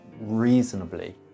reasonably